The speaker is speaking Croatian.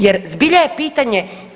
Jer zbilja je pitanje